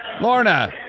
Lorna